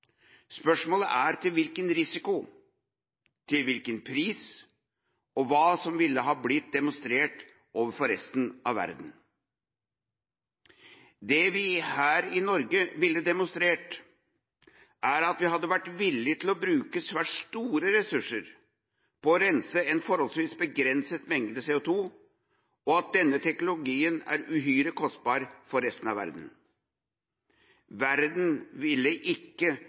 spørsmålet er til hvilken risiko, til hvilken pris og hva som ville ha blitt demonstrert overfor resten av verden. Det vi her i Norge ville demonstrert, er at vi hadde vært villige til å bruke svært store ressurser på å rense en forholdsvis begrenset mengde CO2, og at denne teknologien er uhyre kostbar for resten av verden. Verden ville ikke